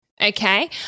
Okay